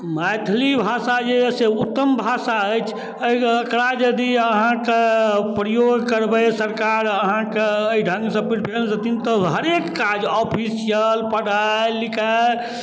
मैथिली भाषा जे अइ से उत्तम भाषा अछि एहि लऽ कऽ यदि अहाँके प्रयोग करबै सरकार अहाँके एहि ढङ्ग सँ प्रिफ्रेंस देथिन तऽ हरेक काज ऑफिशियल पढ़ाइ लिखाइ